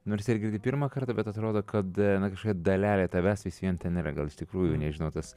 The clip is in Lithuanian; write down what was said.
nors ir girdi pirmą kartą bet atrodo kad na kažkokia dalelė tavęs vis vien ten yra gal iš tikrųjų nežinau tas